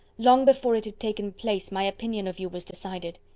long before it had taken place my opinion of you was decided.